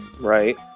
Right